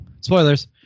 spoilers